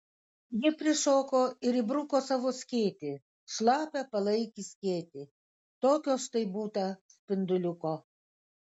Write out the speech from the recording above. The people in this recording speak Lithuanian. ji prišoko ir įbruko savo skėtį šlapią palaikį skėtį tokio štai būta spinduliuko